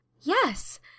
Yes